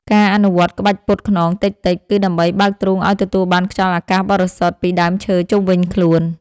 ការអនុវត្តក្បាច់ពត់ខ្នងតិចៗ គឺដើម្បីបើកទ្រូងឱ្យទទួលបានខ្យល់អាកាសបរិសុទ្ធពីដើមឈើជុំវិញខ្លួន។